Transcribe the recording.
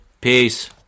Peace